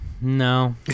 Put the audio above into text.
No